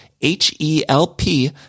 H-E-L-P